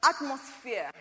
atmosphere